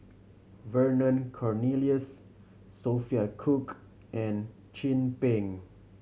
Vernon Cornelius Sophia Cooke and Chin Peng